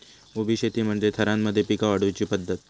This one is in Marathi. उभी शेती म्हणजे थरांमध्ये पिका वाढवुची पध्दत